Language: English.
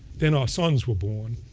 then our sons were born.